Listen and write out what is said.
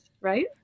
right